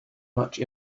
much